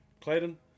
Clayton